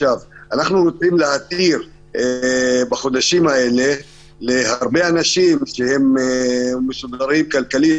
אנחנו רוצים להתיר בחודשים האלה להרבה אנשים שהם מסודרים כלכלית,